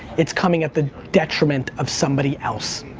it's coming at the detriment of somebody else.